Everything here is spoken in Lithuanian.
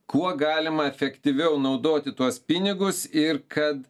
kuo galima efektyviau naudoti tuos pinigus ir kad